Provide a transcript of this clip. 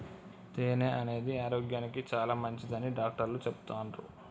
తేనె అనేది ఆరోగ్యానికి చాలా మంచిదని డాక్టర్లు చెపుతాన్రు